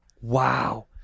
Wow